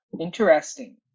Interesting